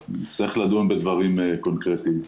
נצטרך לדון בדברים קונקרטיים,